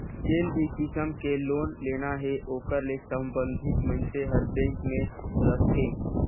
जेन भी किसम के लोन लेना हे ओकर ले संबंधित मइनसे हर बेंक में रहथे